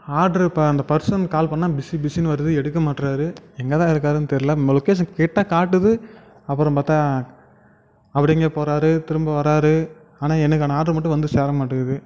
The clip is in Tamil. ஆர்ட்ரு இப்போ அந்த பர்சன்னுக்கு கால் பண்ணால் பிஸி பிஸின்னு வருது எடுக்கமாட்டுறாரு எங்கே தான் இருக்கார்ன்னு தெரில நம்ம லொகேஷன் கிட்டே காட்டுது அப்புறம் பார்த்தா அவரு எங்கேயோ போகிறாரு திரும்ப வரார் ஆனால் எனக்கான ஆர்டர் மட்டும் வந்து சேரமாட்டேங்குது